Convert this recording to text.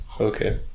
Okay